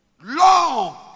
long